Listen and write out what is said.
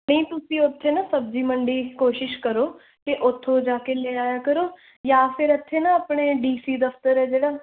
ਨਹੀਂ ਤੁਸੀਂ ਉੱਥੇ ਨਾ ਸਬਜ਼ੀ ਮੰਡੀ ਕੋਸ਼ਿਸ਼ ਕਰੋ ਕਿ ਉੱਥੋਂ ਜਾ ਕੇ ਲਿਆਇਆ ਕਰੋ ਜਾਂ ਫਿਰ ਇੱਥੋਂ ਨਾ ਆਪਣੇ ਡੀ ਸੀ ਦਫਤਰ ਹੈ ਜਿਹੜਾ